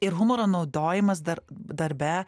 ir humoro naudojimas dar darbe